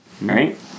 Right